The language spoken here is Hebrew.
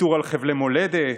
ויתור על חבלי מולדת,